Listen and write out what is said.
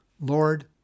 Lord